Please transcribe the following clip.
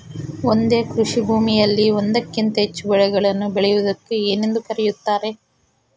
ಒಂದೇ ಕೃಷಿಭೂಮಿಯಲ್ಲಿ ಒಂದಕ್ಕಿಂತ ಹೆಚ್ಚು ಬೆಳೆಗಳನ್ನು ಬೆಳೆಯುವುದಕ್ಕೆ ಏನೆಂದು ಕರೆಯುತ್ತಾರೆ?